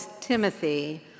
Timothy